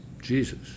Jesus